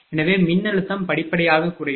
எனவே மின்னழுத்தம் படிப்படியாக குறையும்